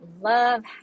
love